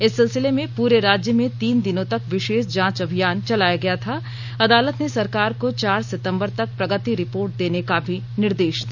इस सिलसिले में पूरे राज्य में तीन दिनों तक विशेष जांच अभियान चलाया गया था अदालत ने सरकार को चार सितंबर तक प्रगति रिपोर्ट देने का भी निर्देश दिया